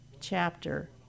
chapter